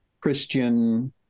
Christian